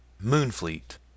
Moonfleet